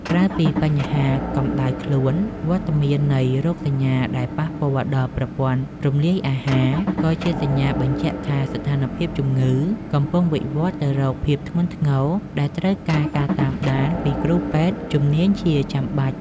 ក្រៅពីបញ្ហាកម្ដៅខ្លួន វត្តមាននៃរោគសញ្ញាដែលប៉ះពាល់ដល់ប្រព័ន្ធរំលាយអាហារ ក៏ជាសញ្ញាបញ្ជាក់ថាស្ថានភាពជំងឺកំពុងវិវត្តទៅរកភាពធ្ងន់ធ្ងរដែលត្រូវការការតាមដានពីគ្រូពេទ្យជំនាញជាចាំបាច់។